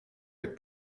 jak